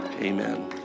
Amen